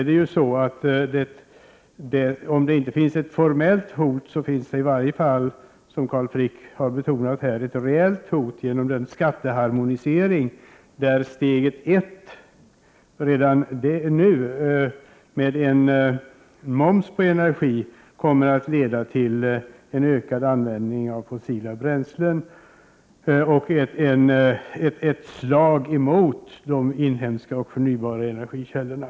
Men om det inte finns ett formellt hot, finns det i varje fall, som Carl Frick har betonat här, ett reellt hot, genom den skatteharmonisering där det första steget med en moms på energi kommer att leda till en ökad användning av fossila bränslen och ett slag mot de inhemska och förnybara energikällorna.